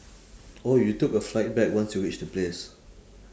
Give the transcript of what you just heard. oh you took a flight back once you reach the place